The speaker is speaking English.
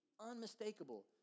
unmistakable